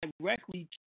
directly